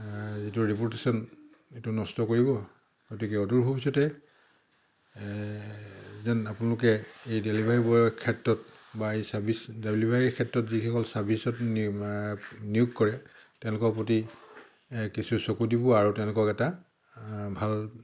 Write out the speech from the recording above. যিটো ৰেপুটেশ্যন এইটো নষ্ট কৰিব গতিকে অদূৰ ভৱিষ্যতে যেন আপোনালোকে এই ডেলিভাৰী বয়ৰ ক্ষেত্ৰত বা এই চাৰ্ভিছ ডেলিভাৰী ক্ষেত্ৰত যিসকল চাৰ্ভিছত নি নিয়োগ কৰে তেওঁলোকৰ প্ৰতি কিছু চকু দিব আৰু তেওঁলোকক এটা ভাল